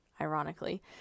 ironically